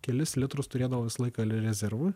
kelis litrus turėdavo visą laiką rezervui